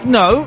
no